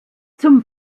zum